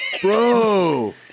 bro